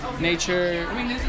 Nature